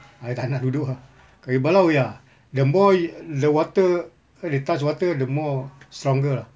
I tak nak duduk ah kayu balau ya the more the water they touch water the more stronger lah